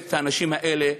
שמכבדת את האנשים האלה,